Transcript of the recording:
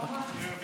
למה?